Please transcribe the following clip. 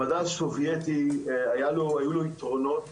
המדע הסובייטי היו לו יתרונות